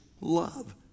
love